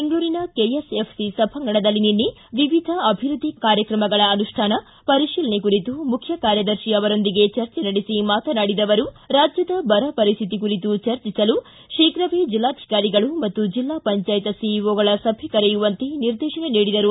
ಬೆಂಗಳೂರಿನ ಕೆಎಸ್ಎಫ್ಸಿ ಸಭಾಂಗಣದಲ್ಲಿ ನಿನ್ನೆ ವಿವಿಧ ಅಭಿವೃದ್ದಿ ಕಾರ್ಯಕ್ರಮಗಳ ಅನುಷ್ಠಾನ ಪರಿಶೀಲನೆ ಕುರಿತು ಮುಖ್ಯ ಕಾರ್ಯದರ್ಶಿ ಅವರೊಂದಿಗೆ ಚರ್ಚೆ ನಡೆಸಿ ಮಾತನಾಡಿದ ಅವರು ರಾಜ್ಯದ ಬರ ಪರಿಸ್ಟಿತಿ ಕುರಿತು ಚರ್ಚಿಸಲು ಶೀಘವೇ ಜಿಲ್ಲಾಧಿಕಾರಿಗಳು ಮತ್ತು ಜಿಲ್ಲಾ ಪಂಜಾಯತ್ ಸಿಇಒಗಳ ಸಭೆ ಕರೆಯುವಂತೆ ನಿರ್ದೇಶನ ನೀಡಿದರು